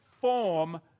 form